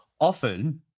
often